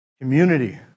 community